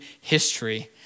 history